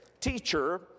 Teacher